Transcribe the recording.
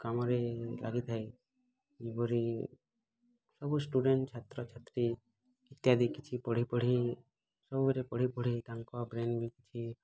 କାମରେ ଲାଗି ଥାଏ ଜୀବନେ ସବୁ ଷ୍ଟୁଡ଼େଣ୍ଟ୍ ଛାତ୍ରଛାତ୍ରୀ ଇତ୍ୟାଦି କିଛି ପଢ଼ି ପଢ଼ି ସବୁ ବେଳେ ପଢ଼ି ପଢ଼ି ତାଙ୍କ ବ୍ରେନ୍ ବି କିଛି